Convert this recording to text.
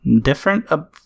different